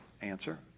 Answer